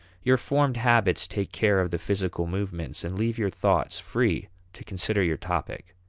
your formed habits take care of the physical movements and leave your thoughts free to consider your topic.